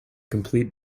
complete